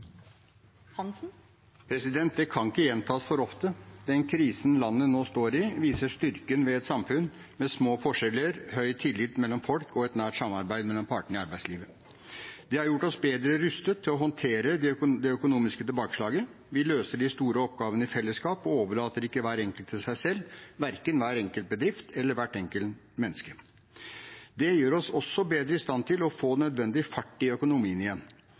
Det kan ikke gjentas for ofte: Den krisen landet nå står i, viser styrken ved et samfunn med små forskjeller, høy tillit mellom folk og et nært samarbeid mellom partene i arbeidslivet. Det har gjort oss bedre rustet til å håndtere det økonomiske tilbakeslaget. Vi løser de store oppgavene i fellesskap og overlater ikke hver enkelt til seg selv, verken hver enkelt bedrift eller hvert enkelt menneske. Det gjør oss også bedre i stand til å få nødvendig fart i økonomien igjen,